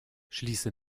schließe